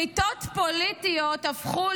בריתות פוליטיות הפכו